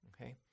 Okay